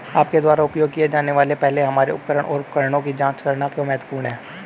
आपके द्वारा उपयोग किए जाने से पहले हमारे उपकरण और उपकरणों की जांच करना क्यों महत्वपूर्ण है?